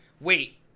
Wait